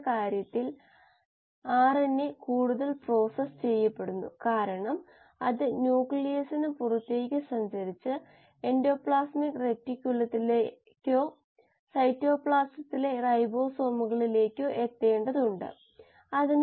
നിർദ്ദിഷ്ട വളർച്ചാ നിരക്കിൽ സബ്സ്ട്രെടിന്റെ ഗാഢത പ്രഭാവം നമ്മൾ കൊണ്ടുവന്നു കാര്യങ്ങൾ എങ്ങനെ മാറ്റാമെന്ന് കണ്ടു അത് കൊണ്ടുവരുമ്പോൾ ചില സാഹചര്യങ്ങളിൽ ഇത് പ്രസക്തമാകാം പക്ഷേ തുടർച്ചയായ ബയോറിയാക്റ്റർ സാഹചര്യത്തിന് ഇത് കൂടുതൽ പ്രധാനമാണ്